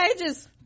pages